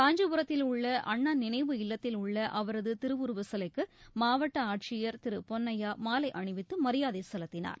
காஞ்சிபுரத்தில் உள்ள அண்ணா நினைவு இல்லத்தில் உள்ள அவரது திருவுருவச் சிலைக்கு மாவட்ட ஆட்சியர் திரு பொன்னையா மாலை அணிவித்து மரியாதை செலுத்தினார்